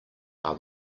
are